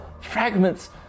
fragments